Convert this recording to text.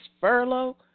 furlough